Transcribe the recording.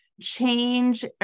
change